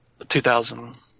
2000